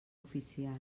oficial